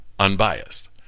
unbiased